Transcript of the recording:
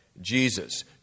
Jesus